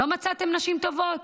לא מצאתם נשים טובות?